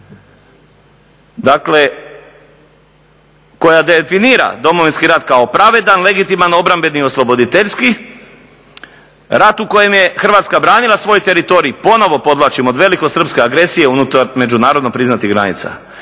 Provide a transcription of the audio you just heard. dakle koja definira Domovinski rat kao pravedan, legitiman, obrambeni i osloboditeljski rat u kojem je Hrvatska branila svoj teritorij, ponovno podvlačim, od velikosrpske agresije unutar međunarodno priznatih granica.